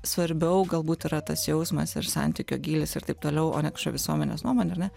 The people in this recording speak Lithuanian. svarbiau galbūt yra tas jausmas ir santykio gylis ir taip toliau o ne kažkokia visuomenės nuomonė ar ne